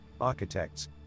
architects